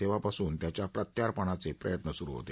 तेव्हापासून त्याच्या प्रत्यर्पणाचे प्रयत्न सुरू होते